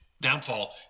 downfall